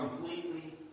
completely